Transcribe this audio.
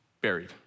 buried